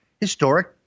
historic